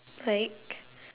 like